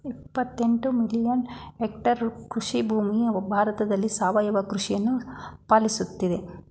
ಇಪ್ಪತ್ತೆಂಟು million hectare ಕೃಷಿಭೂಮಿ ಭಾರತದಲ್ಲಿ ಸಾವಯವ ಕೃಷಿಯನ್ನು ಪಾಲಿಸುತ್ತಿದೆ